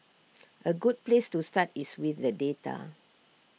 A good place to start is with the data